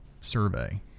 survey